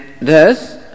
thus